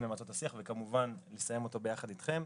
למצות את השיח וכמובן לסיים אותו ביחד אתכם,